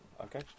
okay